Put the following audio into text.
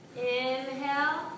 inhale